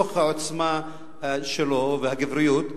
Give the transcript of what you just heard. בתוך העוצמה שלו והגבריות,